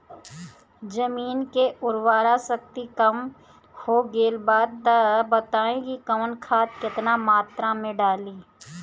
जमीन के उर्वारा शक्ति कम हो गेल बा तऽ बताईं कि कवन खाद केतना मत्रा में डालि?